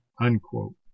unquote